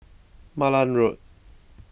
Malan Road